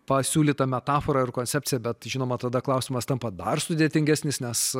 pasiūlyta metafora ar koncepcija bet žinoma tada klausimas tampa dar sudėtingesnis nes